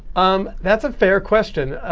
um that's a fair question.